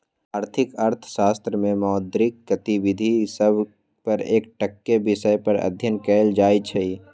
आर्थिक अर्थशास्त्र में मौद्रिक गतिविधि सभ पर एकटक्केँ विषय पर अध्ययन कएल जाइ छइ